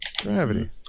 Gravity